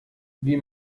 wie